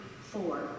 four